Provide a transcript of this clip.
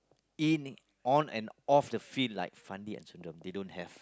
in on and off the field like Fandi and Sundram they don't have